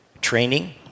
Training